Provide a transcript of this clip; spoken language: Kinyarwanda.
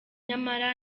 nyamara